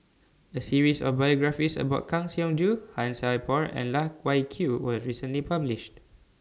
A series of biographies about Kang Siong Joo Han Sai Por and Loh Wai Kiew was recently published